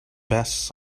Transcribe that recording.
best